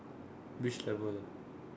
which level